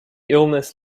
illness